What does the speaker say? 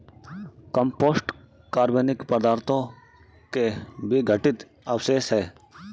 compost कार्बनिक पदार्थों के विघटित अवशेष हैं